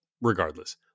regardless –